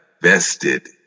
vested